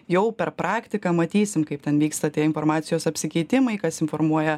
jau per praktiką matysim kaip ten vyksta tie informacijos apsikeitimai kas informuoja